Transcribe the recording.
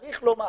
צריך לומר